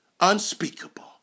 unspeakable